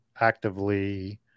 actively